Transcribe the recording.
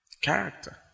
Character